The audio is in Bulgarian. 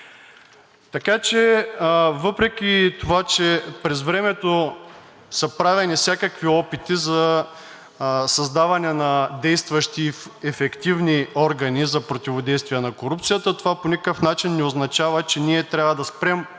у нас.“ Въпреки че през времето са правени всякакви опити за създаване на действащи ефективни органи за противодействие на корупцията, това по никакъв начин не означава, че трябва да спрем